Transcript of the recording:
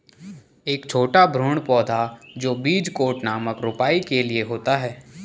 एक छोटा भ्रूण पौधा जो बीज कोट नामक रोपाई के लिए होता है